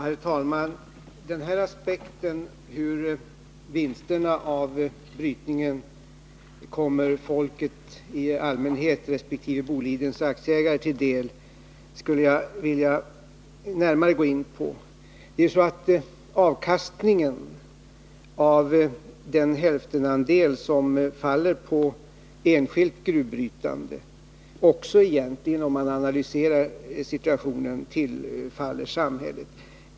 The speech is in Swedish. Herr talman! Den här aspekten hur vinsterna av brytningen kommer folket i allmänhet resp. Bolidens aktieägare till del skulle jag vilja närmare gå in på. Avkastningen av den hälftenandel som faller på enskilt gruvbrytande tillfaller egentligen också samhället — det framgår om man analyserar situationen.